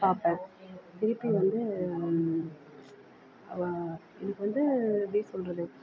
பார்ப்பேன் திருப்பி வந்து இதுக்கு வந்து எப்படி சொல்கிறது